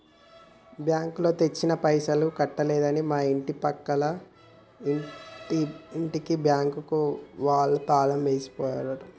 బ్యాంకులో తెచ్చిన పైసలు కట్టలేదని మా ఇంటి పక్కల ఇంటికి బ్యాంకు వాళ్ళు తాళం వేసి పోయిండ్రు